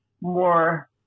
more